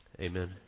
amen